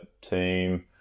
team